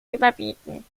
überbieten